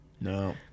no